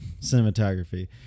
cinematography